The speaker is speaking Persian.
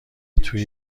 توی